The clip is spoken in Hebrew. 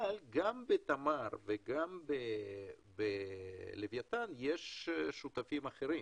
אבל גם בתמר וגם בלווייתן יש שותפים אחרים